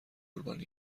قربانی